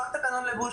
לא תקנון לבוש.